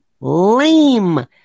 lame